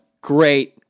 great